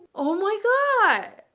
oh my god